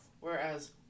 Whereas